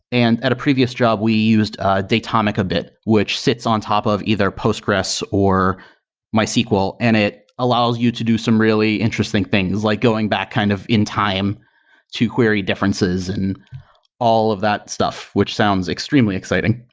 and at a previous job, we used ah datomic a bit, which sits on top of either postgres or mysql, and it allows you to do some really interesting things, like going back kind of in time to query differences and all of that stuff, which sounds extremely exciting.